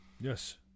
yes